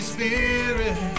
Spirit